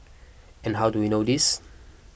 and how do we know this